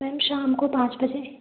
ma'am शाम को पाँच बजे